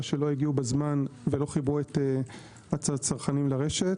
שלא הגיעו בזמן ולא חיברו את הצרכנים לרשת.